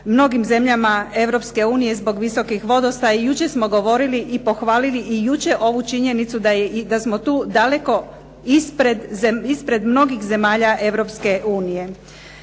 mnogim zemljama Europske unije zbog visokih vodostaja. I jučer smo govorili i pohvalili i jučer ovu činjenicu da smo tu daleko ispred mnogih zemalja